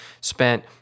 spent